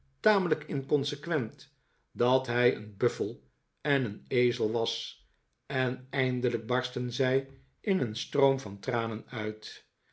tamelijk inconsequent dat hij eenbuffel en een ezel was en eindelijk barstten zij in een stroom van tranen uit